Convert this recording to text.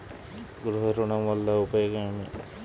గృహ ఋణం వల్ల ఉపయోగం ఏమి?